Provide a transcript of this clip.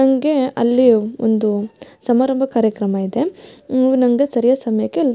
ನನಗೆ ಅಲ್ಲಿ ಒಂದು ಸಮಾರಂಭ ಕಾರ್ಯಕ್ರಮ ಇದೆ ನೀವು ನಮಗೆ ಸರಿಯಾದ ಸಮಯಕ್ಕೆ